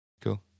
cool